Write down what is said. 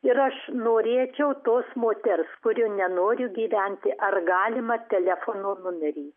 ir aš norėčiau tos moters kuri nenori gyventi ar galima telefono numerį